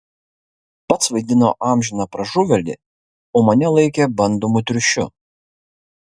pats vaidino amžiną pražuvėlį o mane laikė bandomu triušiu